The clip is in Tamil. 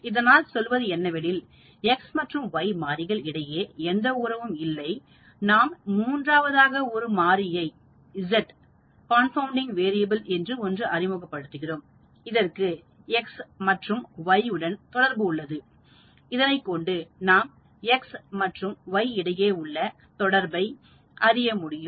இதனால் சொல்வது என்னவெனில் எக்ஸ் மற்றும் ஒய் மாறிகள் இடையே எந்த உறவும் இல்லை நாம் மூன்றாவதாக ஒரு மாறியை Z கார்ன்பவுண்டிங் மாறிகள் என்று ஒன்று அறிமுகப்படுத்துகிறோம் இதற்கு எக்ஸ் மற்றும் உடன் தொடர்பு உள்ளது இதனைக் கொண்டு நாம் எக்ஸ் மற்றும் வயிற்று இடையே உள்ள தொடர்பை அறிய முடியும்